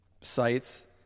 sites